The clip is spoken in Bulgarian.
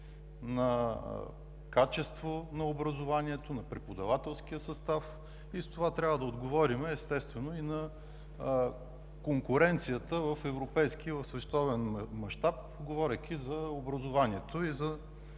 на качество на образованието, на преподавателския състав и с това трябва да отговорим, естествено, и на конкуренцията в европейски и в световен мащаб, говорейки за образование и за